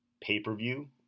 pay-per-view